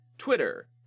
Twitter